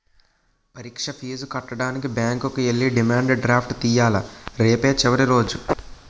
పరీక్ష ఫీజు కట్టడానికి బ్యాంకుకి ఎల్లి డిమాండ్ డ్రాఫ్ట్ తియ్యాల రేపే చివరి రోజు